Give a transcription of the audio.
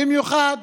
במיוחד